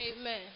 amen